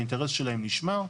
האינטרס שלהם נשמר.